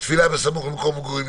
תפילה בסמוך למקום מגורים,